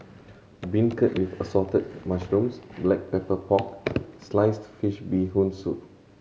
beancurd with Assorted Mushrooms Black Pepper Pork sliced fish Bee Hoon Soup